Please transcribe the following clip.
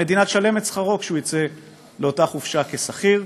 המדינה תשלם את שכרו כשהוא יצא לאותה חופשה כשכיר,